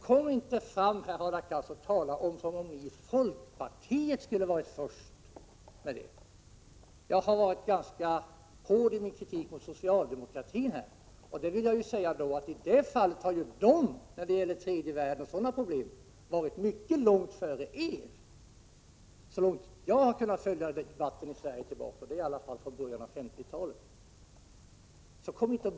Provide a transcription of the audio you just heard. Kom inte här och tala som om ni i folkpartiet skulle ha varit först med att inse detta! Jag har här varit ganska hård i min kritik av socialdemokratin. Men jag vill säga att när det gäller tredje världen och dess energiproblem har socialdemokraterna varit mycket långt före folkpartiet, i varje fall så långt tillbaka i tiden som jag har kunnat följa debatten, och det är i alla fall från början av 1950-talet.